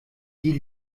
die